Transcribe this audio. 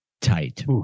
tight